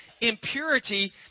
impurity